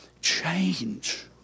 change